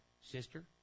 sister